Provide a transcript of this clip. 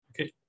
Okay